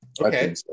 okay